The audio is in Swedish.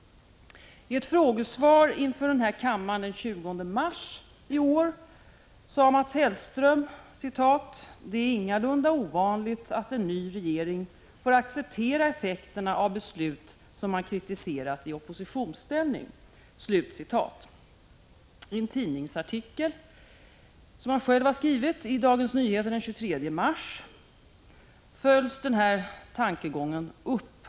I ett frågesvar inför denna kammare den 20 mars i år sade Mats Hellström: ”Det är -—-- ingalunda ovanligt att en ny regering får acceptera effekterna av beslut som man har kritiserat i oppositionsställning ——-.” I en artikel i Dagens Nyheter den 23 mars som Mats Hellström själv har skrivit följs denna tankegång upp.